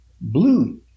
blue